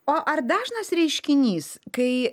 o ar dažnas reiškinys kai